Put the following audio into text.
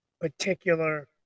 particular